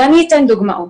אני אתן דוגמאות,